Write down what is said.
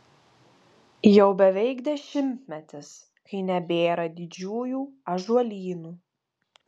jau beveik dešimtmetis kai nebėra didžiųjų ąžuolynų